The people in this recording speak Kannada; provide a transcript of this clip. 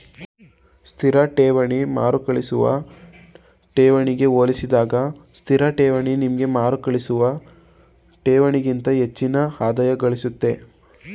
ಸ್ಥಿರ ಠೇವಣಿ ಮರುಕಳಿಸುವ ಠೇವಣಿಗೆ ಹೋಲಿಸಿದಾಗ ಸ್ಥಿರಠೇವಣಿ ನಿಮ್ಗೆ ಮರುಕಳಿಸುವ ಠೇವಣಿಗಿಂತ ಹೆಚ್ಚಿನ ಆದಾಯಗಳಿಸುತ್ತೆ